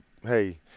hey